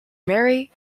mary